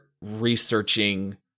researching